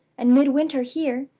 and midwinter here,